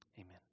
amen